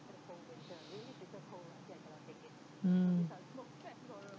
mm